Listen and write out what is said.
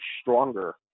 stronger